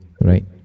right